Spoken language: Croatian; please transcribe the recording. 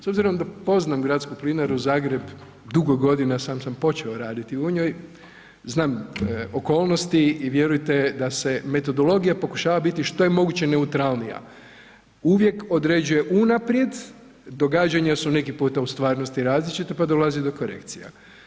S obzirom da poznam Gradsku plinaru Zagreb, dugo godina sam, sam počeo raditi u njoj, znam okolnosti i vjerujte da se metodologija pokušava biti što je moguće neutralnija, uvijek određuje unaprijed događanja su neki puta u stvarnosti različita pa dolazi do korekcija.